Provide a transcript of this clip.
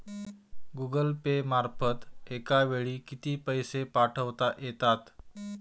Google Pay मार्फत एका वेळी किती पैसे पाठवता येतात?